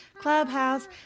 Clubhouse